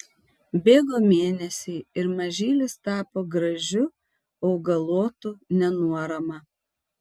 bėgo mėnesiai ir mažylis tapo gražiu augalotu nenuorama